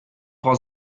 frau